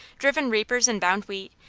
driven reapers and bound wheat,